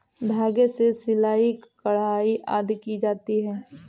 धागे से सिलाई, कढ़ाई आदि की जाती है